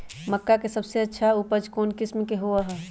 मक्का के सबसे अच्छा उपज कौन किस्म के होअ ह?